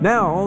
Now